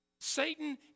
Satan